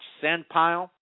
Sandpile